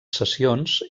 sessions